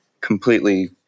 completely